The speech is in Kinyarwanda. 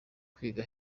kwiga